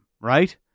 right